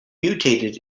mutated